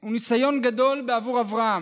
הוא ניסיון גדול בעבור אברהם,